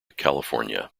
california